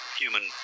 human